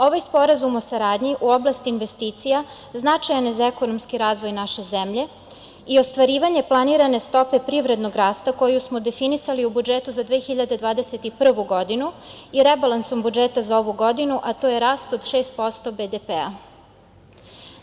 Ovaj Sporazum o saradnji u oblasti investicija značajan je za ekonomski razvoj naše zemlje i ostvarivanje planirane stope privrednog rasta koju smo definisali u budžetu za 2021. godinu i rebalansom budžeta za ovu godinu, a to je rast od 6% BDP-a.